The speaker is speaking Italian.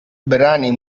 brani